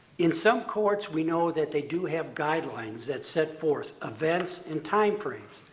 in some courts, we know that they do have guidelines that set forth events and time frames.